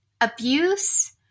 abuse